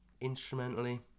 instrumentally